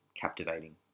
captivating